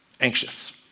anxious